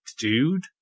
dude